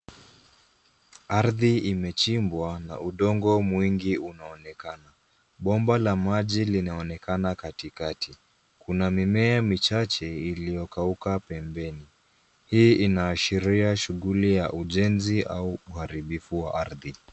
Ardhi imechimbwa na udongo mwingi unaonekana. Bomba la maji linaonekana katikati. Kuna mimea michache iliyokauka pembeni. Hii inaashiria shughuli ya ujenzi au uharibifu wa ardhi.